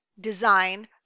design